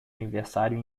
aniversário